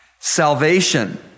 Salvation